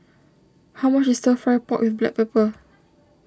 how much is Stir Fry Pork with Black Pepper